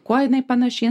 kuo jinai panaši